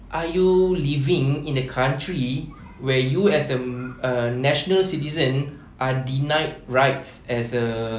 why are you living in a country where you as a uh national citizen are denied rights as a